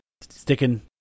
sticking